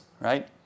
right